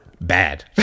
bad